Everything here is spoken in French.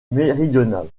méridionale